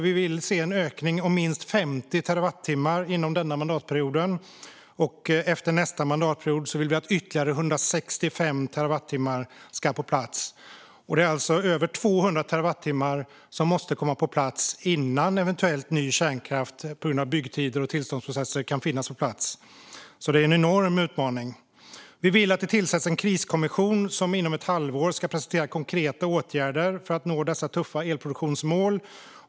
Vi vill se en ökning om minst 50 terawattimmar inom denna mandatperiod, och efter nästa mandatperiod vill vi att ytterligare 165 terawattimmar ska vara på plats. Det är alltså över 200 terawattimmar som måste komma på plats innan eventuellt ny kärnkraft på grund av byggtider och tillståndsprocesser kan finnas på plats. Det är alltså en enorm utmaning. Vi vill att det ska tillsättas en kriskommission som inom ett halvår ska presentera konkreta åtgärder för att nå dessa tuffa elproduktionsmål.